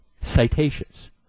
citations